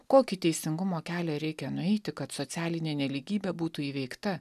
kokį teisingumo kelią reikia nueiti kad socialinė nelygybė būtų įveikta